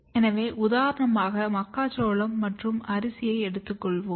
எனவே உதாரணமாக மக்காச்சோளம் மற்றும் அரிசியை எடுத்துக்கொள்வோம்